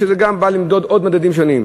ושגם בא למדוד עוד מדדים שונים.